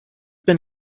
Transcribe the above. been